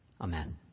Amen